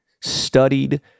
studied